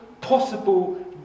possible